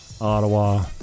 ottawa